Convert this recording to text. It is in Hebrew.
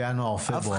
בינואר, פברואר.